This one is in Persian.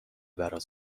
برات